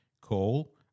call